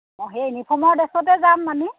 সেই ইনিফৰ্মৰ ড্ৰেছতে যাম আমি